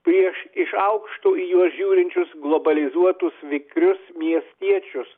prieš iš aukšto į juos žiūrinčius globalizuotus vikrius miestiečius